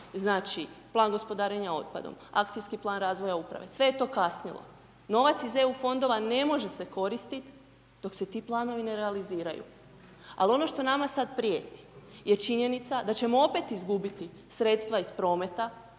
znači Plan gospodarenja otpadom, Akcijski plan razvoja uprave, sve je to kasnilo, novac iz EU fondova ne može se koristit' dok se ti planovi ne realiziraju, al' ono što nama sad prijeti, je činjenica da ćemo opet izgubiti sredstva iz prometa,